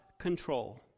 control